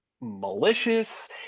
malicious